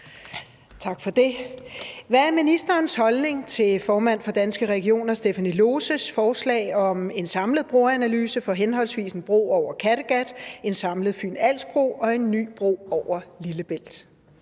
Heitmann (V): Hvad er ministerens holdning til formand for Danske Regioner Stephanie Loses forslag om en samlet broanalyse for henholdsvis en bro over Kattegat, en samlet Fyn-Als-bro og en ny bro over Lillebælt?